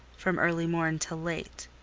from early morn till late.